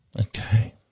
Okay